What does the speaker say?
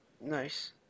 Nice